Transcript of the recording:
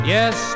Yes